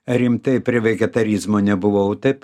rimtai prie vegetarizmo nebuvau taip